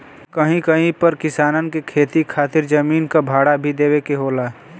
कहीं कहीं पर किसान के खेती खातिर जमीन क भाड़ा भी देवे के होला